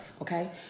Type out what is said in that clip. okay